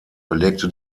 belegte